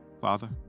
Father